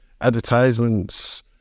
advertisements